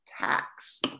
tax